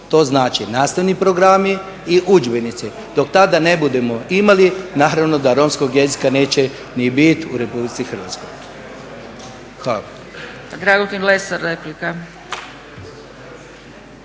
To znači nastavni programi i udžbenici, dok tada ne budemo imali naravno da romskog jezika neće ni biti u Republici Hrvatskoj. Hvala.